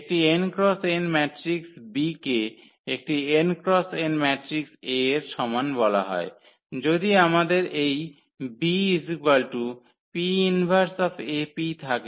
একটি n x n matrix B কে একটি n x n matrix A এর সমান বলা হয় যদি আমাদের এই B𝑃−1A𝑃 থাকে